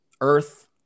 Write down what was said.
earth